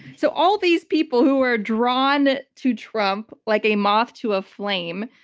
so all these people who were drawn to trump like a moth to a flame,